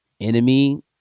enemy